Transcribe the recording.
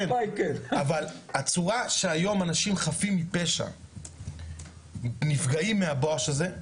אבל הצורה שהיום אנשים חפים מפשע נפגעים מה"בואש" הזה,